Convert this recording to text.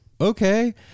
okay